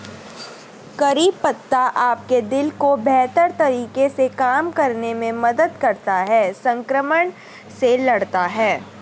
करी पत्ता आपके दिल को बेहतर तरीके से काम करने में मदद करता है, संक्रमण से लड़ता है